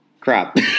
crap